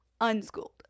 Unschooled